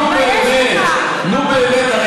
נו, באמת, נו, באמת.